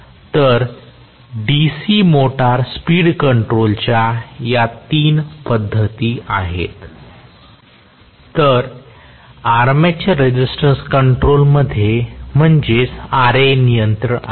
तर DC motor speed कंट्रोलच्या या तीन पद्धती आहेत तर आर्मेचर रेझिस्टन्स कंट्रोल मध्ये म्हणजेच Ra नियंत्रण आहे